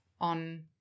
on